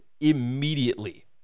immediately